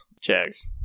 Jags